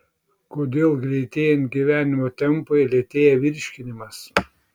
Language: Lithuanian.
kodėl greitėjant gyvenimo tempui lėtėja virškinimas